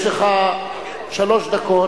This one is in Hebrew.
יש לך שלוש דקות,